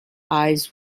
eyes